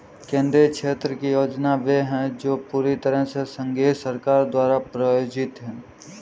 केंद्रीय क्षेत्र की योजनाएं वे है जो पूरी तरह से संघीय सरकार द्वारा प्रायोजित है